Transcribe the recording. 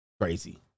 Crazy